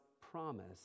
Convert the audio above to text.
promise